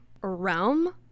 realm